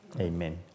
amen